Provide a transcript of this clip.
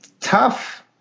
tough